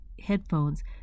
headphones